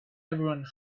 everyone